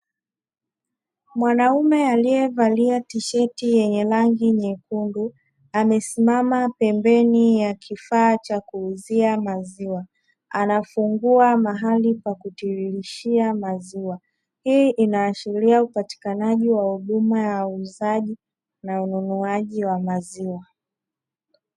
Mwanaume aliyevalia tisheti yenye rangi nyekundu amesimama pembeni ya kifaa cha kuuzia maziwa, anafungua mahali pa kutiririshia maziwa. Hii inaashiria upatikanaji wa huduma ya uuzaji na ununuaji wa maziwa.